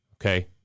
okay